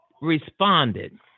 responded